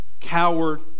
coward